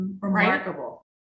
remarkable